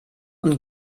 und